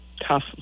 tough